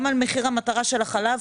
גם על מחיר המטרה של החלב.